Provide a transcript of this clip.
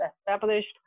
established